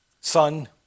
son